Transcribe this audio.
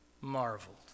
marveled